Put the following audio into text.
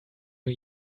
new